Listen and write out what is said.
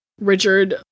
Richard